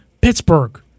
Pittsburgh